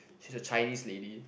she's a Chinese lady